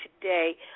today